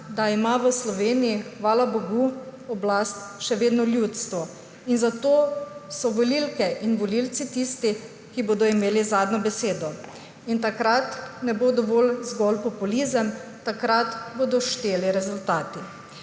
da ima v Sloveniji, hvala bogu, oblast še vedno ljudstvo. Zato so volivke in volivci tisti, ki bodo imeli zadnjo besedo. In takrat ne bo dovolj zgolj populizem, takrat bodo šteli rezultati.